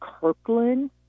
Kirkland